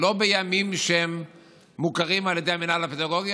בימים שמוכרים על ידי המינהל הפדגוגי,